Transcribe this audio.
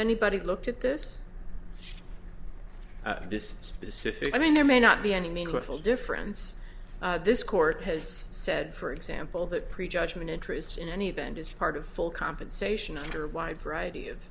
anybody looked at this this specific i mean there may not be any meaningful difference this court has said for example that prejudgment interest in any event is part of full compensation under a wide variety of